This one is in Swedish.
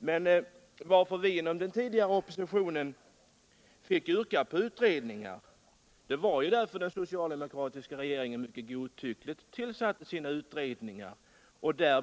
Anledningen till att vi inom den tidigare oppositionen fick yrka på utredningar var att den socialdemokratiska regeringen mycket godtyckligt tillsatte sina utredningar. Därav